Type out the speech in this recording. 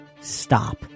stop